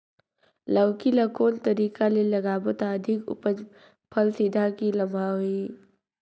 लौकी ल कौन तरीका ले लगाबो त अधिक उपज फल सीधा की लम्बा होही?